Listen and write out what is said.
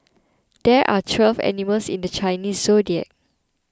there are twelve animals in the Chinese zodiac